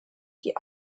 die